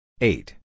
Eight